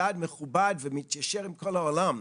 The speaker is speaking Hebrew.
יעד מכובד ומתיישר עם כל העולם.